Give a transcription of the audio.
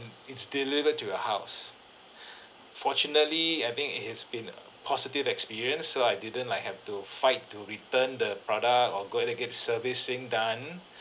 it's delivered to your house fortunately I I've been it has been a positive experience so I didn't like have to fight to return the product or go and get servicing done